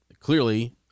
Clearly